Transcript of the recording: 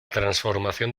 transformación